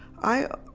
i